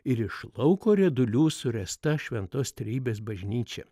ir iš lauko riedulių suręsta šventos trejybės bažnyčia